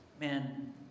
man